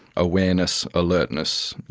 awareness, alertness,